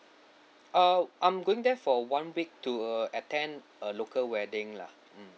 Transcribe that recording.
uh I'm going there for one week to uh attend a local wedding lah mm